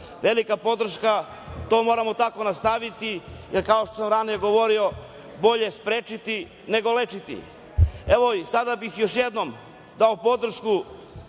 Velika podršku. To moramo tako nastaviti, jer kao što sam ranije govorio bolje sprečiti nego lečiti. Sada bih još jednom dao podršku